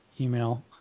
email